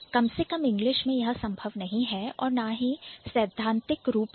कम से कम इंग्लिश मैं यह संभव नहीं है और ना ही सैद्धांतिक रूप से भी